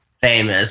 famous